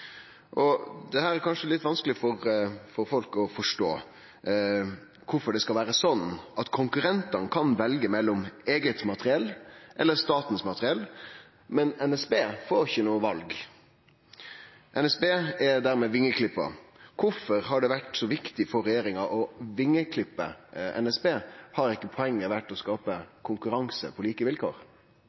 Det er kanskje litt vanskeleg for folk å forstå kvifor det skal være slik at konkurrentane kan velje mellom eige materiell eller statens materiell, mens NSB får ikkje noko val. NSB er dermed vengeklipt. Kvifor har det vore så viktig for regjeringa å vengeklippe NSB? Har ikkje poenget vore å skape konkurranse på like vilkår?